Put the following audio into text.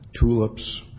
tulips